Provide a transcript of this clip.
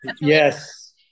Yes